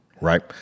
right